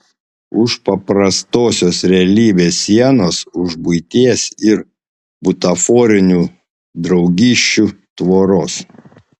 už paprastosios realybės sienos už buities ir butaforinių draugysčių tvoros